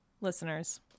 listeners